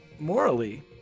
Morally